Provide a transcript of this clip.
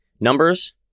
numbers